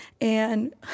and-